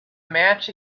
match